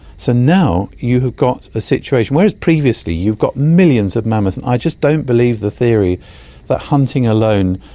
so now you have got the ah situation. whereas previously you've got millions of mammoths. and i just don't believe the theory that hunting alone.